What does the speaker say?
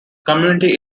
community